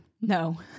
No